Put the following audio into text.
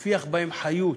זה הפיח בהם חיות